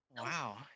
Wow